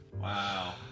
Wow